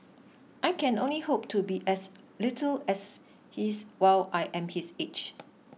I can only hope to be as little as he's while I am his age